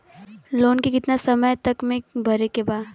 Loan के कितना समय तक मे भरे के बा?